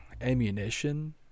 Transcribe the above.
ammunition